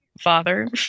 Father